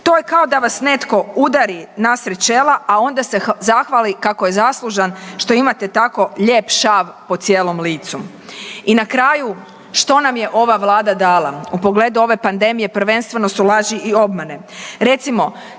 To je kao da vas netko udari nasred čela, a onda se zahvali kako je zaslužan što imate tako lijep šav po cijelom licu. I na kraju, što nam je ova vlada dala? U pogledu ove pandemije prvenstveno su laži i obmane.